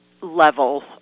level